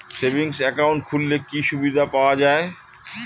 Savings account খুললে কি সুবিধা পাওয়া যায়?